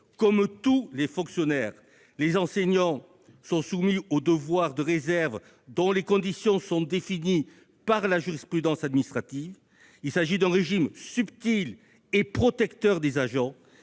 Comme tous les fonctionnaires, les enseignants sont soumis au devoir de réserve, dont les conditions sont définies par la jurisprudence administrative. Il s'agit d'un régime subtil et protecteur des agents,